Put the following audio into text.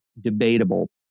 debatable